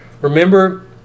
Remember